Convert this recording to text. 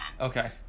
Okay